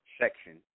section